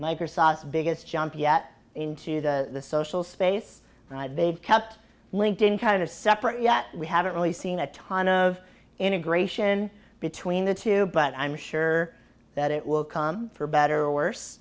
microsoft's biggest jump yet into the space they've kept linked in kind of separate yet we haven't really seen a ton of integration between the two but i'm sure that it will come for better or worse